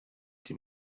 die